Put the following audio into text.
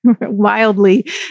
wildly